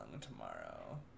tomorrow